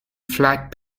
flat